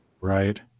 Right